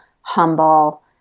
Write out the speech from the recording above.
humble